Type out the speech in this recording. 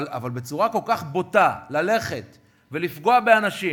אבל בצורה כל כך בוטה ללכת ולפגוע באנשים,